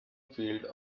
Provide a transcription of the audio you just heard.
field